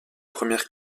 première